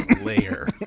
layer